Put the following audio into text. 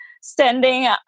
standing